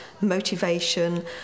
motivation